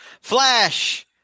flash